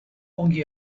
ongi